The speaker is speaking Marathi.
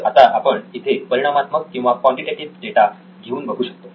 तर आता आपण इथे परिमाणात्मक किंवा क्वांटिटेटिव्ह डेटा घेऊन बघू शकतो